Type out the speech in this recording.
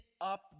up